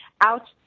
out